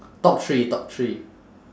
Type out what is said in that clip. top three top three